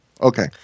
Okay